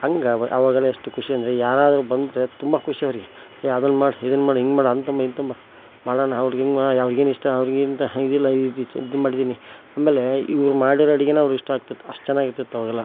ಹಂಗೆ ಆವಾಗೆಲ್ಲ ಎಷ್ಟು ಖುಷಿ ಅಂದರೆ ಯಾರಾದರೂ ಬಂದರೆ ತುಂಬ ಖುಷಿ ಅವರಿಗೆ ಏ ಅದನ್ನು ಮಾಡು ಇದನ್ನು ಮಾಡು ಹಿಂಗ್ ಮಾಡು ಅದು ತೊಗೊಂಬಾ ಇದು ತೊಗೊಂಬಾ ಮಾಡೋಣ ಅವ್ರಿಗೆ ಹಿಂಗೆ ಅವರಿಗೇನು ಇಷ್ಟ ಅವರಿಗಿಂಥ ಇದಿಲ್ಲ ಇದ್ನ ಮಾಡಿದ್ದೀನಿ ಆಮೇಲೆ ಇವರು ಮಾಡಿರೋ ಅಡುಗೇನ ಅವ್ರು ಇಷ್ಟ ಆಗ್ತಿತ್ತು ಅಷ್ಟು ಚೆನ್ನಾಗಿರ್ತಿತ್ತು ಆವಾಗೆಲ್ಲ